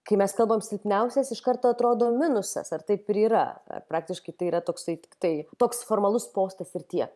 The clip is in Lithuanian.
kai mes kalbam silpniausias iš karto atrodo minusas ar taip ir yra praktiškai tai yra toksai tai toks formalus postas ir tiek